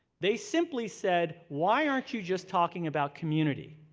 they simply said, why aren't you just talking about community?